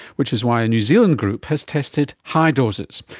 which is why a new zealand group has tested high doses.